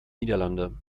niederlande